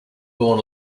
born